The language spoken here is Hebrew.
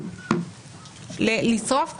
לשרוף כפר.